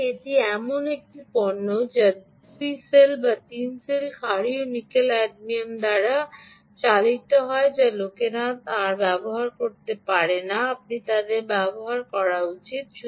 সুতরাং এটি এমন একটি পণ্য যা 2 সেল বা 3 সেল ক্ষারীয় নিকেল ক্যাডিয়ামিয়াম দ্বারা চালিত হয় যা লোকেরা আর ব্যবহার করে না আপনি তাদের ব্যবহার করা উচিত